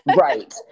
Right